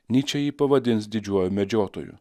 nyčė jį pavadins didžiuoju medžiotoju